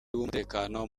w’umutekano